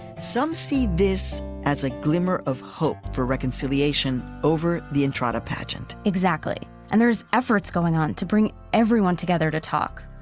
some see this as a glimmer of hope for reconciliation over the entrada pageant exactly. and there's efforts going on to bring everyone together to talk,